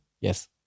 Yes